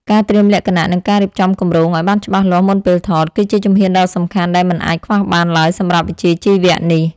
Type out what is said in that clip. ការត្រៀមលក្ខណៈ និងការរៀបចំគម្រោងឱ្យបានច្បាស់លាស់មុនពេលថត គឺជាជំហានដ៏សំខាន់ដែលមិនអាចខ្វះបានឡើយសម្រាប់វិជ្ជាជីវៈនេះ។